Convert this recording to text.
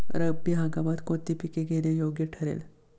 रब्बी हंगामात कोणती पिके घेणे योग्य ठरेल?